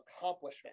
accomplishment